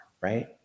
right